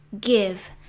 give